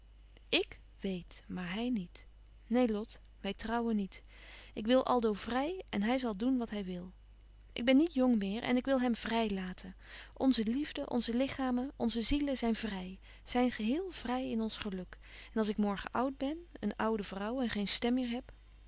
ik weet maar hij niet neen lot wij trouwen niet ik wil aldo vrij en hij zal doen wat hij wil ik ben niet jong meer en ik wil hem vrij laten onze liefde onze lichamen onze zielen zijn vrij zijn geheel vrij in ons geluk en als ik morgen oud ben een oude vrouw en geen stem meer heb